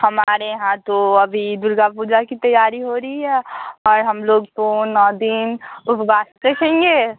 हमारे यहाँ तो अभी दुर्गा पूजा की तैयारी हो रही है और हम लोग तो नौ दिन उपवास चाहिए